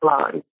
line